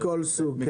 רכב מכל סוג.